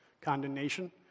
condemnation